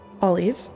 Olive